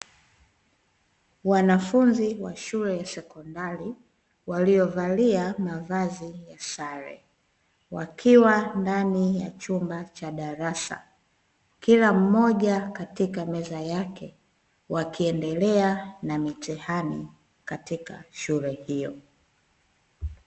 Wanafunzi wa shule ya sekondari waliovalia mavazi ya sare wakiwa ndani ya chumba cha darasa kila mmoja katika meza yake wakiendelea na mitihani katika shule hiyo.